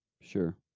Sure